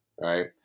right